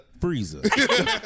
freezer